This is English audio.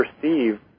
perceive